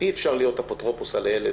אי אפשר להיות אפוטרופוס על הילד,